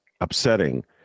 upsetting